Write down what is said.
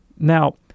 Now